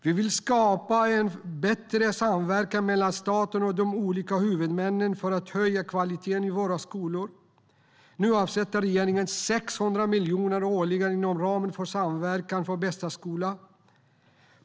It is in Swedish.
Vi vill skapa bättre samverkan mellan staten och de olika huvudmännen för att höja kvaliteten i våra skolor. Regeringen avsätter 600 miljoner årligen inom ramen för Samverkan för bästa skola.